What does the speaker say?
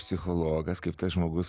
psichologas kaip tas žmogus